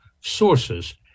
sources